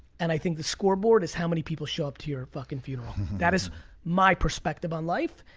and i think the scoreboard is how many people show up to your fucking funeral. that is my perspective on life.